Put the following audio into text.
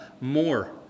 more